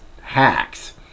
hacks